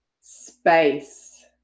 space